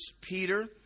Peter